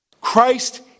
Christ